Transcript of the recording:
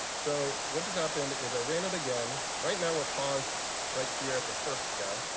so what just happened is i ran it again. right now we're paused right here at this first guy,